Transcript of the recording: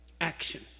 Action